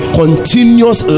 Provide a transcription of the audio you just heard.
continuous